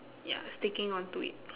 ya sticking onto it